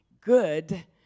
good